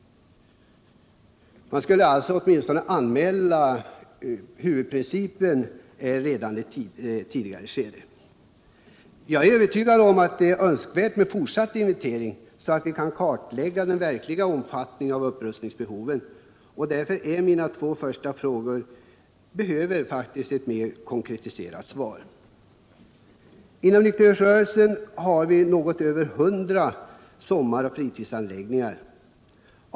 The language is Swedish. Man skulle alltså åtminstone anmäla huvudprincipen i ett tidigare skede. Jag är övertygad om att det är önskvärt med en fortsatt inventering, så att vi kan kartlägga den verkliga omfattningen av upprustningsbehoven. Därför behövs det ett mera konkret svar på mina två första frågor. Inom nykerhetsrörelsen har vi något över 100 sommaroch fritidsanläggningar.